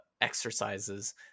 exercises